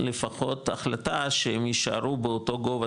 לפחות החלטה שהם יישארו באותו גובה